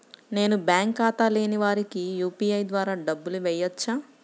నేను బ్యాంక్ ఖాతా లేని వారికి యూ.పీ.ఐ ద్వారా డబ్బులు వేయచ్చా?